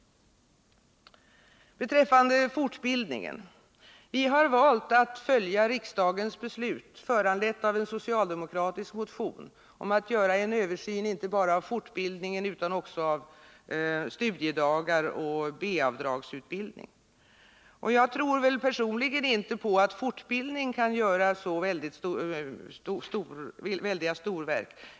Beträffande fortbildningen: Vi har valt att följa riksdagens beslut, föranlett av en socialdemokratisk motion, om att göra en översyn inte bara av fortbildningen utan också av studiedagar och B-avdragsutbildning. Personligen tror jag väl inte på att fortbildning kan göra så väldiga storverk.